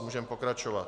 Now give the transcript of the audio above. Můžeme pokračovat.